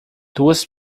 duas